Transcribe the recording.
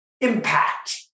impact